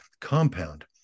compound